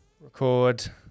Record